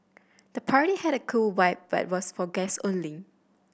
the party had a cool vibe but was for guests only